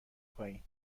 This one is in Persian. پایین